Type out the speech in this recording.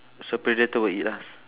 so predator will eat us